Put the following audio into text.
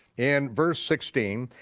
and verse sixteen,